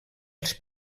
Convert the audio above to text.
els